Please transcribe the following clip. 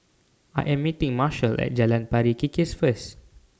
I Am meeting Marshall At Jalan Pari Kikis First